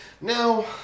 Now